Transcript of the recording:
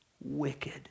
wicked